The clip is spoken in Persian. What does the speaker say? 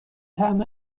طعم